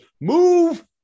move